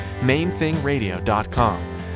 MainThingRadio.com